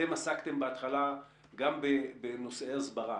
אתם עסקתם בהתחלה גם בנושאי הסברה.